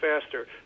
faster